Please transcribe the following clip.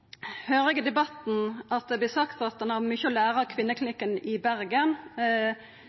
høyrer at det i debatten vert sagt at ein har mykje å læra av Kvinneklinikken i Bergen